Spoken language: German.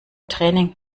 training